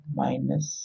minus